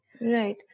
right